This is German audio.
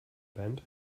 band